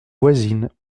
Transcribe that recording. voisine